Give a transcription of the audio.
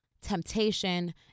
temptation